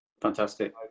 Fantastic